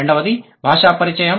రెండవది భాషా పరిచయం